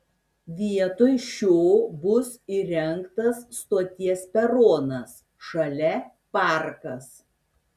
vietoj šio bus įrengtas stoties peronas šalia parkas